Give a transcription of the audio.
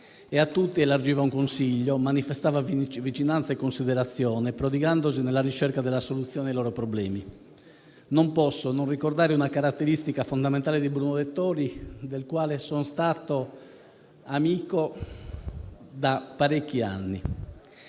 A tutti elargiva un consiglio e manifestava vicinanza e considerazione, prodigandosi nella ricerca della soluzione ai loro problemi. Non posso non ricordare una caratteristica fondamentale di Bruno Dettori, del quale sono stato amico per parecchi anni.